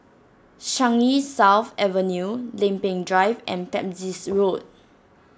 Changi South Avenue Lempeng Drive and Pepys Road